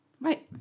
Right